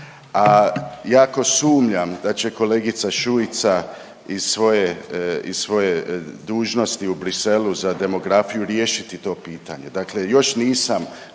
Jako sumnjam da će kolegica Šuica iz svoje dužnosti u Bruxellesu za demografiju riješiti to pitanje. Dakle, još nisam